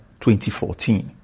2014